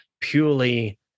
purely